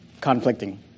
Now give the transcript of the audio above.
conflicting